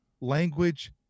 Language